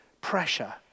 pressure